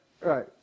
Right